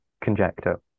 conjecture